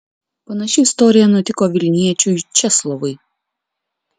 panaši istorija nutiko vilniečiui česlovui